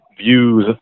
views